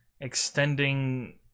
extending